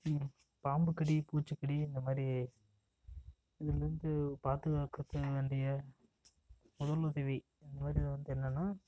பாம்புக்கடி பூச்சிக்கடி இந்த மாதிரி இதில் இருந்து பாதுக்காக்க தேவை வேண்டிய முதலுதவி இது மாதிரி வந்து என்னன்னா